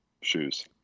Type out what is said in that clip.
shoes